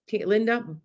Linda